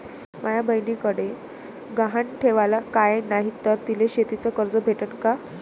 माया बयनीकडे गहान ठेवाला काय नाही तर तिले शेतीच कर्ज भेटन का?